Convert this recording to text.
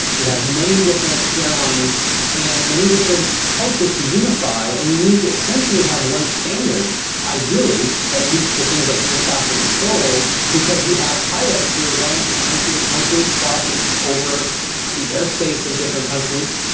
you have many different airlines and many different cultures to unify, and you need to essentially have one standard ideally, at least for things like air traffic control, because you have pilots who are going from country to country, crossing over the airspace of different countries.